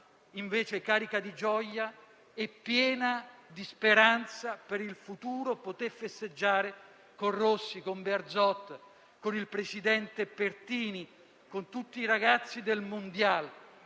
è stata carica di gioia e piena di speranza per il futuro, e poté festeggiare con Rossi, con Bearzot con il Presidente Pertini, con tutti i ragazzi del *mundial,*